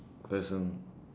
person